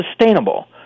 sustainable